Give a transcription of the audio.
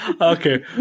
Okay